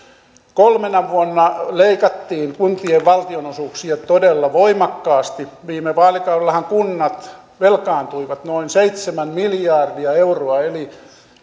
kolmena vuonna leikattiin kuntien valtionosuuksia todella voimakkaasti viime vaalikaudellahan kunnat velkaantuivat noin seitsemän miljardia euroa eli